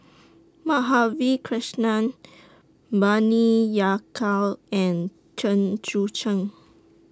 Madhavi Krishnan Bani Yakal and Chen Sucheng